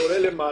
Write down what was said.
זה עולה למעלה,